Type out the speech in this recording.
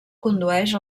condueix